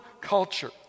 culture